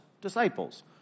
disciples